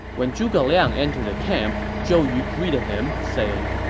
when zhuge liang entered the camp, zhou yu greeted him, saying,